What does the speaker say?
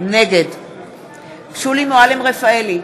נגד שולי מועלם-רפאלי,